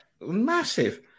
massive